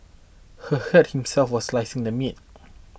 he hurt himself while slicing the meat